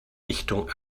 richtung